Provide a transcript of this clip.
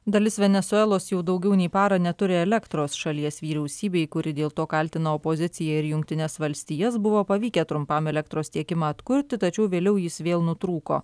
dalis venesuelos jau daugiau nei parą neturi elektros šalies vyriausybei kuri dėl to kaltino opoziciją ir jungtines valstijas buvo pavykę trumpam elektros tiekimą atkurti tačiau vėliau jis vėl nutrūko